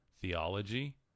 theology